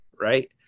right